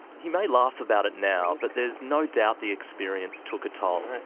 he may laugh about it now, but there's no doubt the experience took a toll.